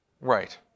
Right